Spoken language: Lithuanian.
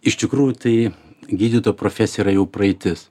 iš tikrųjų tai gydytojo profesija yra jau praeitis